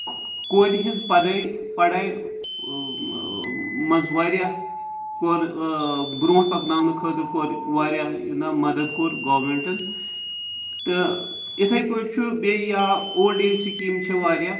کورِ ہِنٛز پَڑٲے پَڑٲے منٛز واریاہ کوٚر برونٛٹھ پَکناونہٕ خٲطرٕ کوٚر واریاہ یہِ نہ مدد کوٚر گورمینٹَن تہٕ یِتھٕے پٲٹھۍ چھُ بیٚیہِ یا اولڈ ایج سِکیٖمہٕ چھِ واریاہ